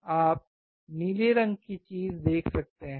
आप नीले रंग की चीज़ देख सकते हैं